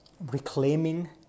reclaiming